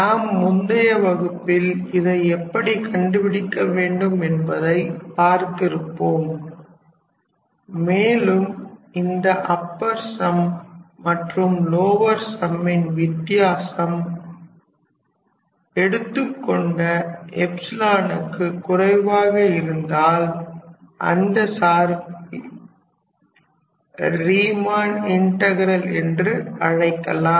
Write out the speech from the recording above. நாம் முந்தைய வகுப்பில் இதை எப்படி கண்டுபிடிக்க வேண்டும் என்பதை பார்த்திருப்போம் மேலும் இந்த அப்பர் சம் மற்றும் லோவர் சம்மீன் வித்தியாசம் எடுத்துக்கொண்ட க்கு குறைவாக இருந்தால் அந்த சார்பை ரீமன் இன்டகரல் என்று அழைக்கலாம்